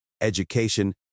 education